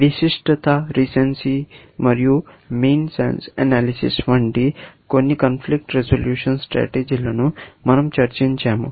విశిష్టత రీసెన్సీ మరియు mean sense analysis వంటి కొన్ని కాన్ఫ్లిక్ట్ రిజల్యూషన్ స్ట్రాటజీ లను మనం చర్చించాము